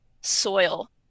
soil